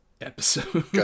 episode